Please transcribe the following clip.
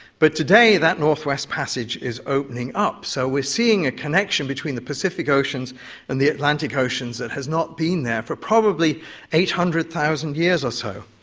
but today that northwest passage is opening up, so we are seeing a connection between the pacific oceans and the atlantic oceans that has not been there for probably eight hundred thousand years or so.